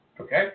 Okay